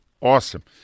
Awesome